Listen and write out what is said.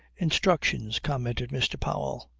instructions, commented mr. powell.